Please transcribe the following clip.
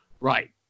right